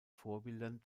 vorbildern